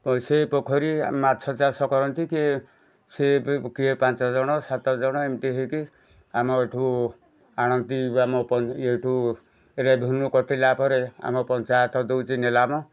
ସେ ପୋଖରୀ ଆମ ମାଛ ଚାଷ କରନ୍ତି କି ସେ କିଏ ପାଞ୍ଚ ଜଣ ସାତ ଜଣ ଏମିତି ହେଇକି ଆମ ଏଠୁ ଆଣନ୍ତି ଆମ ଏଠୁ ରେଭେନ୍ୟୁ କଟିଲା ପରେ ଆମ ପଞ୍ଚାୟତ ଦେଉଛି ନିଲାମ